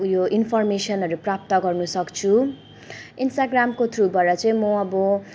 उयो इन्फर्मेसनहरू प्राप्त गर्नसक्छु इन्स्टाग्रामको थ्रुबाट चाहिँ म अब